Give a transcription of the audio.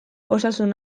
osasun